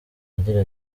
agira